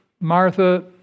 Martha